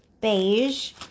beige